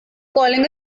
calling